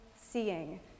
seeing